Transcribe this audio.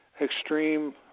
extreme